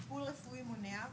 טיפול רפואי מונע,